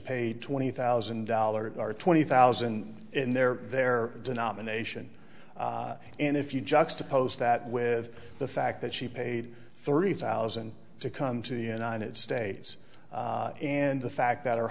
paid twenty thousand dollars or twenty thousand in their their denomination and if you juxtapose that with the fact that she paid thirty thousand to come to the united states and the fact that her